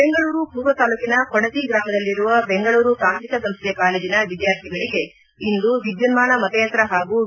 ಬೆಂಗಳೂರು ಪೂರ್ವ ತಾಲ್ಲೂಕಿನ ಕೊಡತಿ ಗ್ರಾಮದಲ್ಲಿರುವ ಬೆಂಗಳೂರು ತಾಂತ್ರಿಕ ಸಂಸ್ವೆ ಕಾಲೇಜಿನ ವಿದ್ಯಾರ್ಥಿಗಳಿಗೆ ಇಂದು ವಿದ್ಯನ್ಮಾನ ಮತಯಂತ್ರ ಪಾಗೂ ವಿ